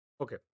okay